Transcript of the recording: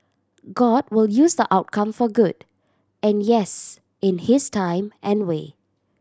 God will use the outcome for good and yes in his time and way